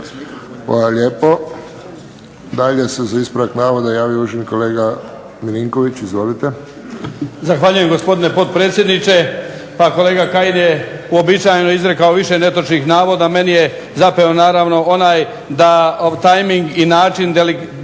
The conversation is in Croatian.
Hvala lijepo. Dalje se za ispravak navoda javio uvaženi kolega Milinković. Izvolite. **Milinković, Stjepan (HDZ)** Zahvaljujem gospodine potpredsjedniče. Pa kolega Kajin je uobičajeno izrekao više netočnih navoda. Meni je zapeo naravno onaj da timing i način delegitimira